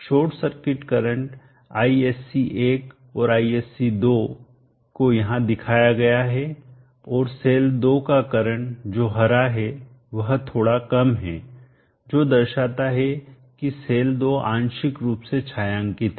short circuit current ISC1 और ISC2 को यहां दिखाया गया है और सेल 2 का करंट जो हरा है वह थोड़ा कम है जो दर्शाता है कि सेल 2 आंशिक रूप से छायांकित है